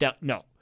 No